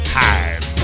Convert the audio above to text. time